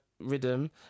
rhythm